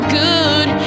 good